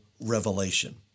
revelation